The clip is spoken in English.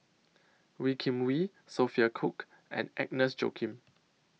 Wee Kim Wee Sophia Cooke and Agnes Joaquim